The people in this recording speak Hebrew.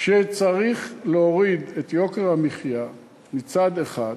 שצריך להוריד את יוקר המחיה מצד אחד,